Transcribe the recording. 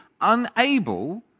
unable